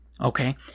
Okay